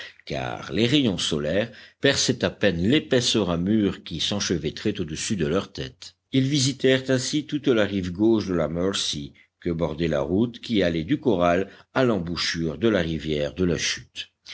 car les rayons solaires perçaient à peine l'épaisse ramure qui s'enchevêtrait au-dessus de leur tête ils visitèrent ainsi toute la rive gauche de la mercy que bordait la route qui allait du corral à l'embouchure de la rivière de la chute